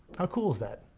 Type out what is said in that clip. how cool is that?